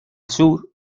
sur